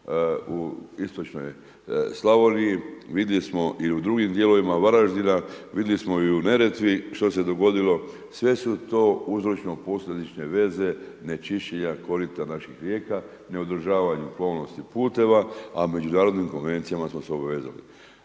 u istočnoj Slavoniji, vidjeli smo i u drugim dijelovima Varaždina, vidjeli smo i u Neretvi, što se dogodilo, sve su to uzročno posljednične veze onečišćenja korita naših rijeka, neodržavanje pomorskih puteva, a međunarodnim konvencijama smo se obvezali.